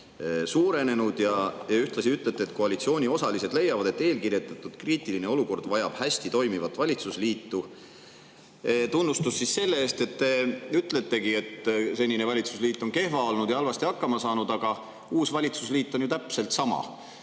suurenenud. Ühtlasi ütlete, et koalitsiooni osalised leiavad, et eelkirjeldatud kriitiline olukord vajab hästi toimivat valitsusliitu. Tunnustus selle eest, et te ütletegi, et senine valitsusliit on kehva olnud ja halvasti hakkama saanud. Aga uus valitsusliit on ju täpselt sama.